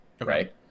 right